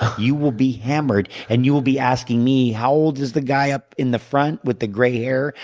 you will be hammered, and you will be asking me how old is the guy up in the front with the gray hair?